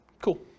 Cool